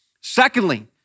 Secondly